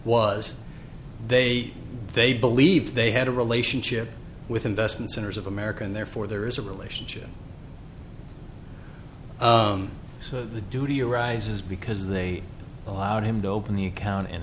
was they they believe they had a relationship with investment centers of america and therefore there is a relationship so the duty arises because they allowed him to open the account and